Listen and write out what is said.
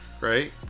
right